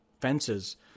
fences